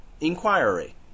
inquiry